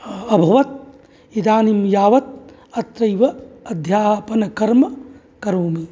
अभवत् इदानीं यावत् अत्रैव अध्यापनकर्म करोमि